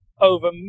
over